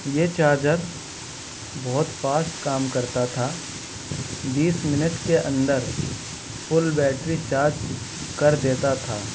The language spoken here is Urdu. یہ چارجر بہت فاسٹ کام کرتا تھا بیس منٹ کے اندر فل بیٹری چارج کر دیتا تھا